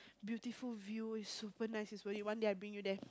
beautiful view super nice is where you one day I bring you there